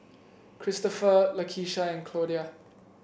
Kristoffer Lakesha and Claudia